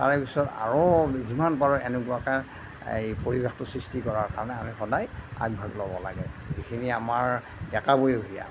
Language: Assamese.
তাৰে পিছত আৰু যিমান পাৰো এনেকুৱাকে এই পৰিৱেশটো সৃষ্টি কৰাৰ কাৰণে আমি সদায় আগভাগ ল'ব লাগে এইখিনিয়ে আমাৰ ডেকা বয়সীয়া